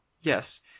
yes